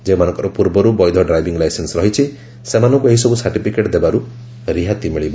ଯେଉଁମାନଙ୍କର ପୂର୍ବରୁ ବୈଧ ଡ୍ରାଇଭିଂ ଲାଇସେନ୍ସ ରହିଛି ସେମାନଙ୍କୁ ଏହିସବୁ ସାର୍ଟିଫିକେଟ୍ ଦେବାରୁ ରିହାତି ମିଳିବ